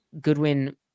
Goodwin